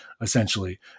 Essentially